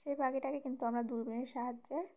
সেই পাখিটাকে কিন্তু আমরা দূরবীনের সাহায্যে